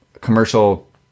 commercial